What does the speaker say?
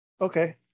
Okay